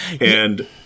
and-